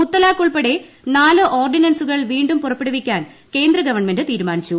മുത്തലാഖ് ഉൾപ്പെടെ നാലു ഓർഡിന്റൻസുകൾ വീണ്ടും പുറപ്പെടുവിക്കാൻ കേന്ദ്ര ഗവൺമെന്റ് തീരുമാനിച്ചു